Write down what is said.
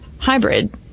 hybrid